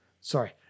Sorry